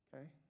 Okay